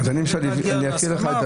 וצריך להגיע להסכמה.